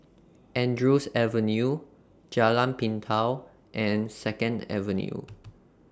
Andrews Avenue Jalan Pintau and Second Avenue